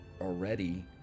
already